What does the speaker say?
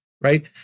right